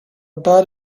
bad